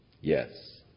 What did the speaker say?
Yes